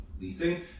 leasing